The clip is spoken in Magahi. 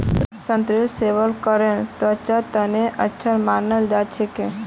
संतरेर सेवन करले त्वचार तना अच्छा मानाल जा छेक